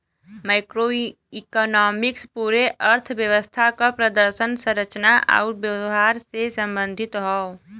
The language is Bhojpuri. मैक्रोइकॉनॉमिक्स पूरे अर्थव्यवस्था क प्रदर्शन, संरचना आउर व्यवहार से संबंधित हौ